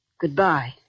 Goodbye